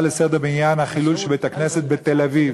לסדר-היום בעניין חילול בית-הכנסת בתל-אביב.